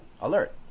alert